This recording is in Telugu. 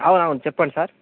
అవునవును చెప్పండి సార్